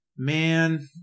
Man